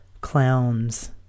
clowns